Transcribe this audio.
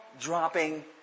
dropping